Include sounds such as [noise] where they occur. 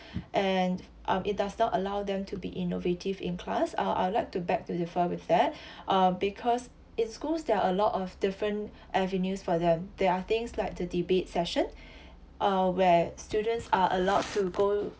and um it does not allow them to be innovative in class uh I would like to beg to differ with that uh because in schools there are a lot of different avenues for them there are things like the debate session uh where students are [noise] allowed to go